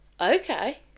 okay